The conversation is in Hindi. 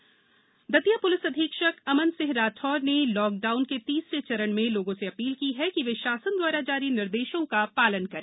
अपील दतिया प्लिस अधीक्षक अमन सिह राठोर ने लॉक डाउन के तीसरे चरण में लोगों से अपील की हाकि वे शासन द्वारा जारी निर्देशों का पालन करें